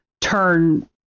turn